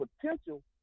potential